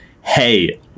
hey